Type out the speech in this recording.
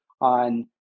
on